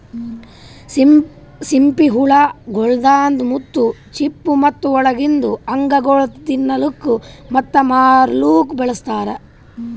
ಸಿಂಪಿ ಹುಳ ಗೊಳ್ದಾಂದ್ ಮುತ್ತು, ಚಿಪ್ಪು ಮತ್ತ ಒಳಗಿಂದ್ ಅಂಗಗೊಳ್ ತಿನ್ನಲುಕ್ ಮತ್ತ ಮಾರ್ಲೂಕ್ ಬಳಸ್ತಾರ್